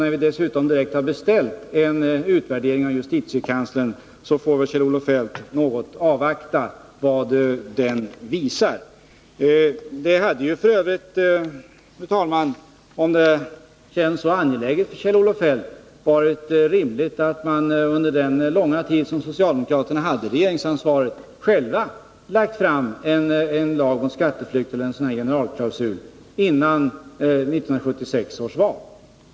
Vi har dessutom direkt beställt en utvärdering av justitiekanslern, och då får Kjell-Olof Feldt något avvakta vad den visar. Det hade f. ö., fru talman, om det känns så angeläget för Kjell-Olof Feldt, varit rimligt att socialdemokraterna under den långa tid som de hade regeringsansvaret själva hade lagt fram ett lagförslag mot skatteflykt eller en generalklausul före 1976 års val.